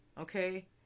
okay